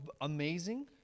amazing